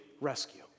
rescue